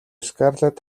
скарлетт